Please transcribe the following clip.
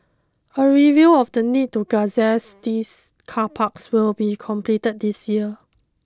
a review of the need to gazette these car parks will be completed this year